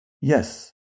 Yes